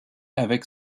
avec